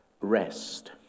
rest